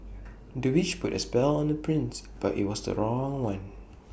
the witch put A spell on the prince but IT was the wrong one